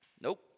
Nope